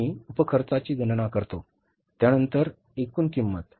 आम्ही उपखर्चाची गणना करतो त्यानंतर एकूण किंमत